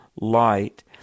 light